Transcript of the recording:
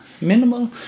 minimal